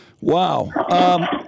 Wow